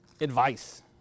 advice